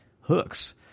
Hooks